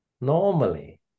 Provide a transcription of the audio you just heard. normally